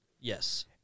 Yes